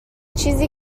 چیزی